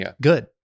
good